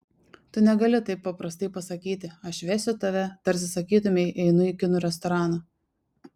tu negali taip paprastai pasakyti aš vesiu tave tarsi sakytumei einu į kinų restoraną